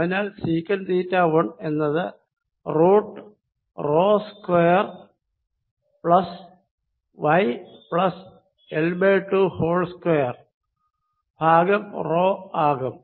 അതിനാൽ secant theta 1 എന്നത് root rho square plus y plus L by two whole squared ഭാഗം rho ആകും